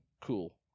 Cool